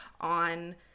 on